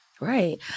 Right